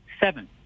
seven